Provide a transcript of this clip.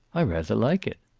i rather like it.